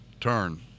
turn